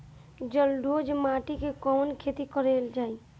जलोढ़ माटी में कवन खेती करल जाई?